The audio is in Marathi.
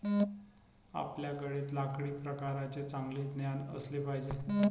आपल्याकडे लाकडी प्रकारांचे चांगले ज्ञान असले पाहिजे